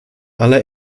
aller